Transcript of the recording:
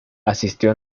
asistió